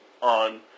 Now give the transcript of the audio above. on